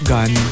Gun